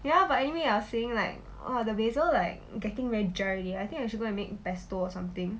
ya but anyway I was saying like !wah! the basil like getting very dry already I think I should go and make like pesto or something